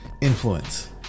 influence